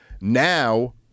now